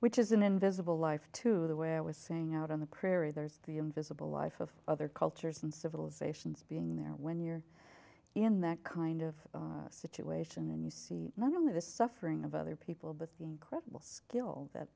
which is an invisible life to the way i was saying out on the prairie there's the invisible life of other cultures and civilizations being there when you're in that kind of situation and you see not only the suffering of other people but the incredible skill that